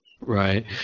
Right